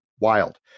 Wild